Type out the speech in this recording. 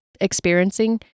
experiencing